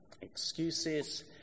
Excuses